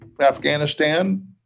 afghanistan